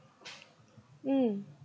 mm